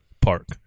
Park